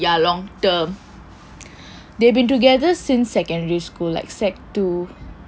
ya long term they've been together since secondary school like sec